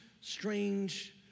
strange